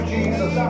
Jesus